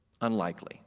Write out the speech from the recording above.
unlikely